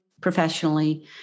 professionally